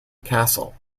castle